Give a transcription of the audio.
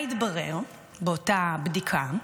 מה התברר באותה בדיקה?